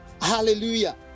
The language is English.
Hallelujah